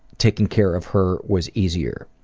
taking care of her was easier,